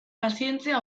pazientzia